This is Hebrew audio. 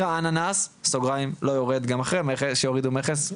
האננס (לא יורד גם אחרי שהורידו מכס,